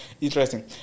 Interesting